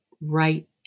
right